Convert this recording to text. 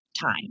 time